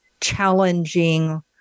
challenging